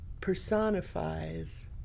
personifies